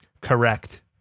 correct